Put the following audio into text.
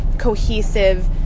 cohesive